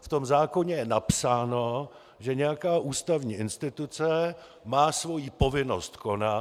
V tom zákoně je napsáno, že nějaká ústavní instituce má svoji povinnost konat.